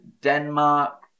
Denmark